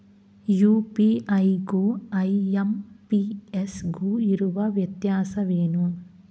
UPI ಗು IMPS ಗು ಇರುವ ವ್ಯತ್ಯಾಸವೇನು?